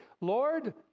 Lord